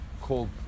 called